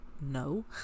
No